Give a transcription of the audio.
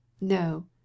no